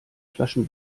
flaschen